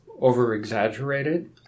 over-exaggerated